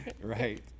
Right